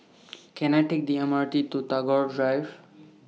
Can I Take The M R T to Tagore Drive